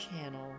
channel